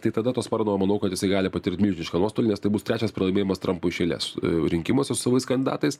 tai tada to sparno manau kad jisai gali patirt milžinišką nuostolį nes tai bus trečias pralaimėjimas trampui iš eilės rinkimuose su savais kandidatais